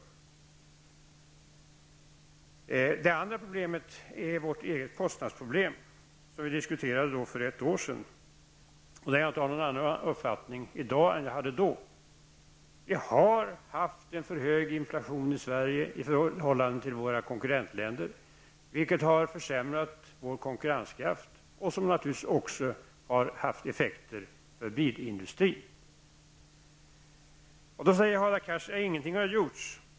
För det andra har vi vårt eget kostnadsproblem, som vi diskuterade för ett år sedan. Jag har inte i dag någon annan uppfattning än vad jag hade då. Vi har haft en för hög inflation i Sverige i förhållande till våra konkurrentländer. Detta har försämrat vår konkurrenskraft, och det har naturligtvis också haft effekter för bilindustrin. Hadar Cars säger att ingenting har gjorts.